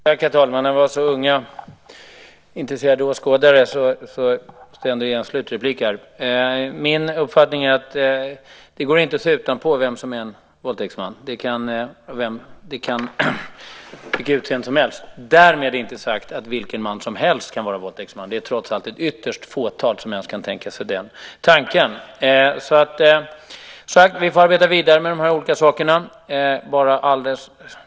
Herr talman! När vi har så unga intresserade åskådare ska jag ändå ge en slutreplik här. Min uppfattning är att det inte går att se utanpå vem som är en våldtäktsman. En sådan kan ha vilket utseende som helst. Därmed inte sagt att vilken man som helst kan vara våldtäktsman. Det är trots allt ett ytterligt fåtal som ens kan tänka sig den tanken. Som sagt: Vi får arbeta vidare med de här olika sakerna.